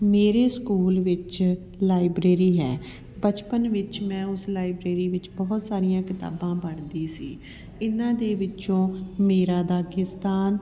ਮੇਰੇ ਸਕੂਲ ਵਿੱਚ ਲਾਇਬ੍ਰੇਰੀ ਹੈ ਬਚਪਨ ਵਿੱਚ ਮੈਂ ਉਸ ਲਾਇਬ੍ਰੇਰੀ ਵਿੱਚ ਬਹੁਤ ਸਾਰੀਆਂ ਕਿਤਾਬਾਂ ਪੜ੍ਹਦੀ ਸੀ ਇਹਨਾਂ ਦੇ ਵਿੱਚੋਂ ਮੇਰਾ ਦਾਗੀਸਤਾਨ